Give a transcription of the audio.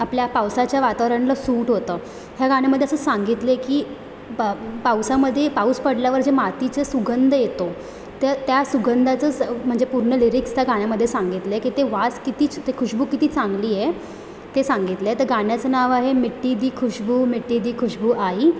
आपल्या पावसाच्या वातावरणाला सूट होतं ह्या गाण्यामध्ये असं सांगितलं आहे की पा पावसामध्ये पाऊस पडल्यावर जे मातीचा सुगंध येतो तर त्या सुगंधाचाच म्हणजे पूर्ण लिरिक्स त्या गाण्यामध्ये सांगितलं आहे की ते वास किती ते खुशबू किती चांगली आहे ते सांगितलं आहे त्या गाण्याचं नाव आहे मिट्टी दी खुशबू मिट्टी दी खुशबू आयी